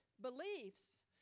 beliefs